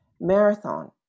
Marathon